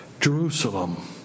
Jerusalem